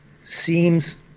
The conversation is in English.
seems